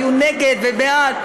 והיו נגד ובעד,